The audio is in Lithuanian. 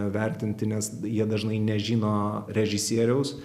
vertinti nes jie dažnai nežino režisieriaus